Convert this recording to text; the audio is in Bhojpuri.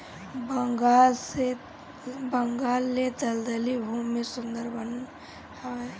बंगाल ले दलदली भूमि में सुंदर वन हवे